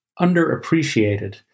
underappreciated